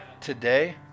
today